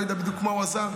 לא יודע בדיוק מה הוא עשה.